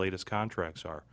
latest contracts are